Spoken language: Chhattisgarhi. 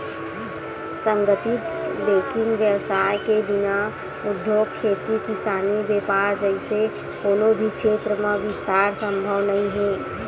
संगठित बेंकिग बेवसाय के बिना उद्योग, खेती किसानी, बेपार जइसे कोनो भी छेत्र म बिस्तार संभव नइ हे